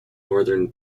northern